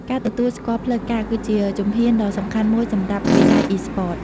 ការទទួលស្គាល់ផ្លូវការ គឺជាជំហានដ៏សំខាន់មួយសម្រាប់វិស័យអុីស្ព័ត។